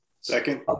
Second